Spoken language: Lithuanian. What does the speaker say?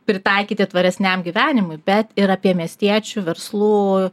pritaikyti tvaresniam gyvenimui bet ir apie miestiečių verslų